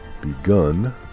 begun